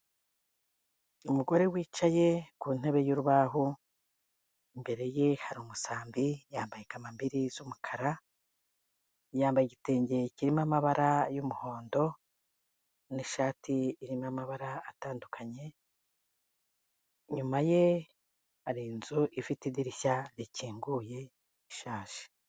Umugore wicaye ku ntebe y'urubaho, imbere ye hari umusambi, yambaye kamambiri z'umukara, yambaye igitenge kirimo amabara y'umuhondo n'ishati irimo amabara atandukanye, inyuma ye hari inzu ifite idirishya rikinguye ishaje.